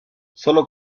sólo